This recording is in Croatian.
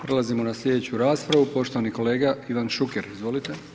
Prelazimo na sljedeću raspravu, poštovani kolega Ivan Šuker, izvolite.